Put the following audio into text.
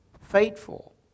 faithful